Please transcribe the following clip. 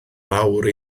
fawr